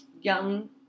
young